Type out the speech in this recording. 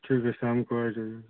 ठीक है शाम को आ जाइए